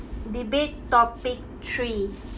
debate topic three